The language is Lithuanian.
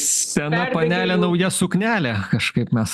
sena panelė nauja suknelė kažkaip mes